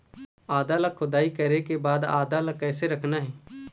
आदा ला खोदाई करे के बाद आदा ला कैसे रखना हे?